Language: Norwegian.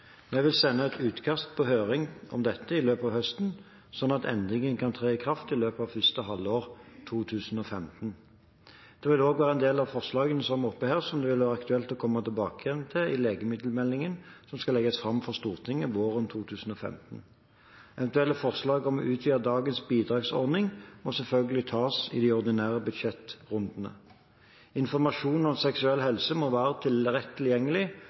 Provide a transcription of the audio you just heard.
Vi vil sende et utkast på høring om dette i løpet av høsten, sånn at endringen kan tre i kraft i løpet av første halvår 2015. Det vil også være en del av forslagene som er oppe her, som det vil være aktuelt å komme tilbake igjen til i legemiddelmeldingen, som skal legges fram for Stortinget våren 2015. Eventuelle forslag om å utvide dagens bidragsordning må selvfølgelig tas i de ordinære budsjettrundene. Informasjon om seksuell helse må være lett tilgjengelig